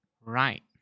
Right